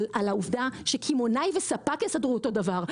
העובדה שקמעונאי וספק יסדרו אותו דבר,